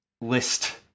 list